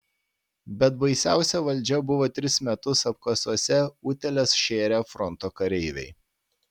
bet baisiausia valdžia buvo tris metus apkasuose utėles šėrę fronto kareiviai